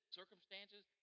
circumstances